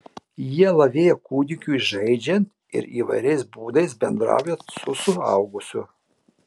jie lavėja kūdikiui žaidžiant ir įvairiais būdais bendraujant su suaugusiu